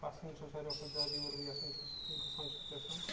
پَسنٛد چھِ ساروِیو کھۄتہٕ زیادٕ یور بہٕ یَژھان چھُس گژھُن چھُس یَژھان